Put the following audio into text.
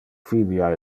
filia